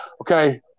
Okay